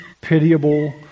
pitiable